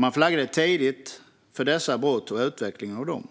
Man flaggade tidigt för dessa brott och utvecklingen av dem.